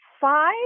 five